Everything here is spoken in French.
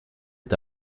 est